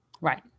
Right